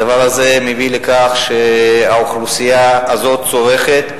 הדבר הזה מביא לכך שהאוכלוסייה הזאת צורכת,